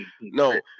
no